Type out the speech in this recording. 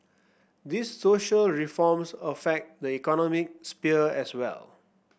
these social reforms affect the economic sphere as well